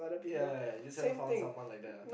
ya ya ya just haven't found someone like that ah